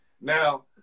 Now